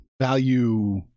value